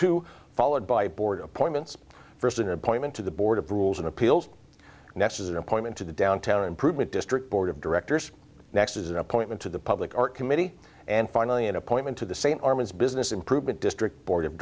two followed by a board appointments first an appointment to the board of rules and appeals nesses an appointment to the downtown improvement district board of directors next as an appointment to the public art committee and finally an appointment to the same armin's business improvement district board of